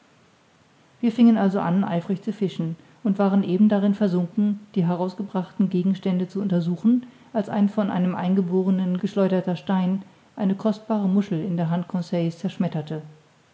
wir singen also an eifrig zu fischen und waren eben darin versunken die herausgebrachten gegen stände zu untersuchen als ein von einem eingeborenen geschleuderter stein eine kostbare muschel in der hand conseil's zerschmetterte